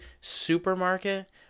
supermarket